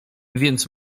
więc